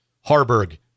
harburg